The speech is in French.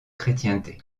chrétienté